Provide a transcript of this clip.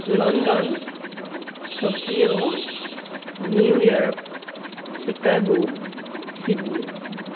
London Tokyo New York Chicago Sydney